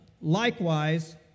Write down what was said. likewise